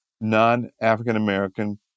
non-African-American